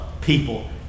people